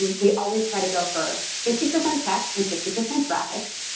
we always try to go for fifty percent text and fifty percent graphics,